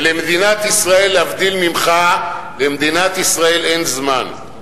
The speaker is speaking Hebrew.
ולמדינת ישראל, להבדיל ממך, למדינת ישראל אין זמן.